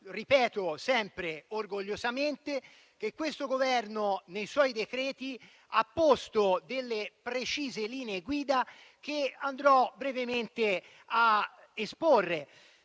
siamo sempre orgogliosamente - del fatto che questo Governo nei suoi decreti ha posto delle precise linee guida, che andrò brevemente ad esporre.